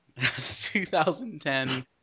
2010